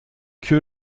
que